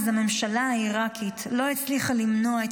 אז הממשלה העיראקית לא הצליחה למנוע את